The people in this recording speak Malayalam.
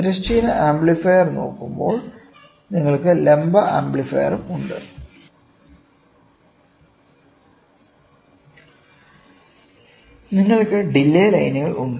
തിരശ്ചീന ആംപ്ലിഫയർ നോക്കുമ്പോൾ നിങ്ങൾക്ക് ലംബ ആംപ്ലിഫയറും ഉണ്ട് നിങ്ങൾക്ക് ഡിലെ ലൈനുകളും ഉണ്ട്